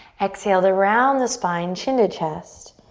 exhale to round the spine, chin to chest,